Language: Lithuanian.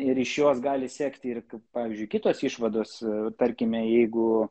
ir iš jos gali sekti ir k pavyzdžiui kitos išvados tarkime jeigu